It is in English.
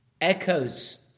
echoes